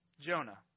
Jonah